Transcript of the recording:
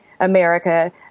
America